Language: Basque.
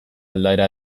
aldaera